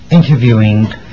Interviewing